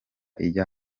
ijya